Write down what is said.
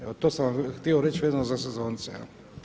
Evo to sam vam htio reći vezano za sezonce.